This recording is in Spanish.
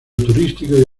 turístico